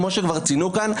כמו שכבר ציינו כאן,